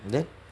and then